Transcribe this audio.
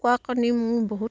কণী মোৰ বহুত